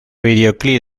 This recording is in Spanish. videoclip